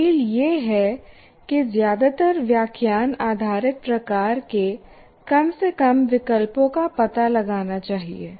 दलील यह है कि ज्यादातर व्याख्यान आधारित प्रकार के कम से कम विकल्पों का पता लगाना चाहिए